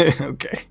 Okay